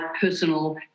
personal